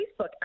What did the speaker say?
Facebook